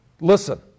listen